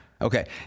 Okay